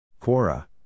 Quora